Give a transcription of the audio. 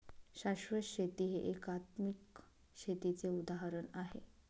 शाश्वत शेती हे एकात्मिक शेतीचे उदाहरण आहे